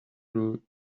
through